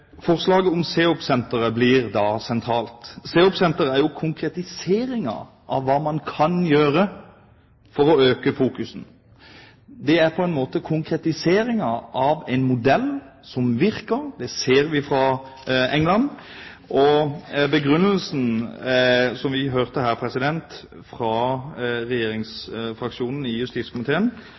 Forslaget om CEOP-senteret blir da sentralt. CEOP-senteret er jo en konkretisering av hva man kan gjøre for å øke fokus. Det er på en måte en konkretisering av en modell som virker. Det ser vi fra England. Begrunnelsen som vi hørte fra regjeringsfraksjonen i justiskomiteen,